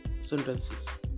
sentences